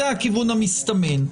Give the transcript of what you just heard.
אמנם זה הכיוון הסתמן,